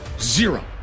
zero